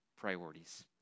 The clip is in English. priorities